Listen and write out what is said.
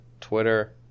Twitter